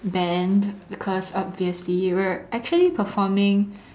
band because obviously we are actually performing